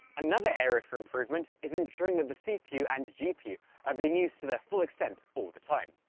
another area for improvement is ensuring that the cpu and gpu are being used to their full extent all the time.